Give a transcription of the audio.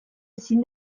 ezin